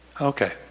Okay